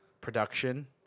production